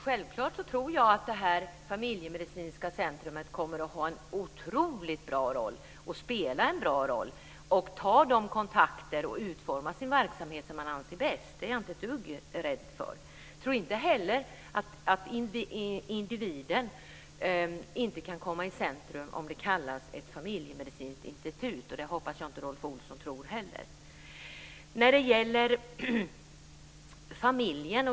Fru talman! Jag tror självfallet att det familjemedicinska centrumet kommer att spela en otroligt bra roll och ta kontakter och utforma sin verksamhet som de anser bäst. Det är jag inte ett dugg rädd för. Jag tror inte heller att individen inte kan komma i centrum om det kallas ett familjemedicinskt institut. Jag hoppas att inte Rolf Olsson tror det heller.